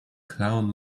clown